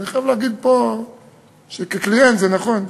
אני חייב להגיד פה שכקליינט זה נכון.